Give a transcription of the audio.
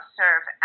serve